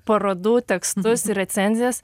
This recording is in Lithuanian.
parodų tekstus ir recenzijas